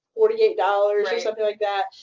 forty eight dollars or something like that.